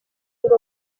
ngo